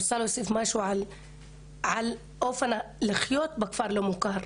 אני רוצה להוסיף משהו על אופן החיים בכפר בלתי מוכר,